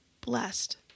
blessed